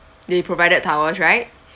they provided towels right